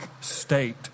state